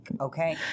Okay